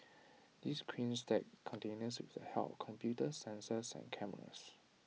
these cranes stack containers with the help of computers sensors and cameras